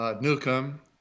Newcomb